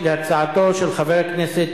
וכך ועדת השרים לענייני חקיקה החליטה השבוע,